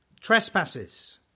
trespasses